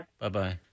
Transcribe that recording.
Bye-bye